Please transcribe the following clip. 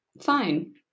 fine